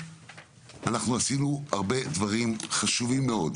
אנחנו עשינו הרבה דברים חשובים מאוד,